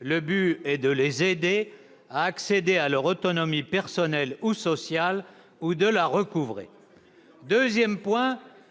L'objectif est de les aider à accéder à leur autonomie personnelle ou sociale ou de la recouvrer.